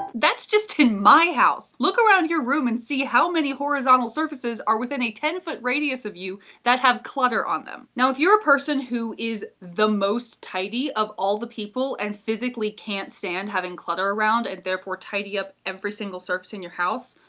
that's just in my house. look around your room and see how many horizontal surfaces are within a ten foot radius of you that have clutter on them. now, if you're a person who is the most tidy of all the people and physically can't stand having clutter around and therefore, tidy up every single surface in your house,